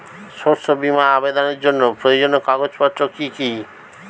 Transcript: শস্য বীমা আবেদনের জন্য প্রয়োজনীয় কাগজপত্র কি কি?